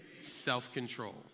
self-control